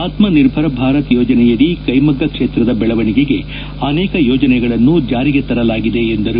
ಆತ್ಮನಿರ್ಭರ ಭಾರತ ಯೋಜನೆಯಡಿ ಕೈಮಗ್ಗ ಕ್ಷೇತ್ರದ ಬೆಳವಣಿಗೆಗೆ ಅನೇಕ ಯೋಜನೆಗಳನ್ನು ಜಾರಿಗೆ ತರಲಾಗಿದೆ ಎಂದರು